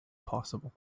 possible